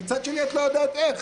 מצד שני את לא יודעת איך.